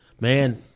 Man